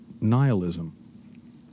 nihilism